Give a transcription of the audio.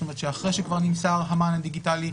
זאת אומרת, אחרי שכבר נמסר המען הדיגיטלי,